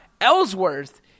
Ellsworth